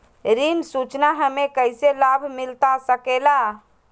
ऋण सूचना हमें कैसे लाभ मिलता सके ला?